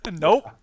Nope